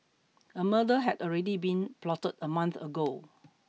a murder had already been plotted a month ago